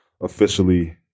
officially